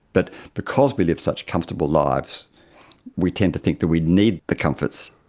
but because we live such comfortable lives we tend to think that we need the comforts,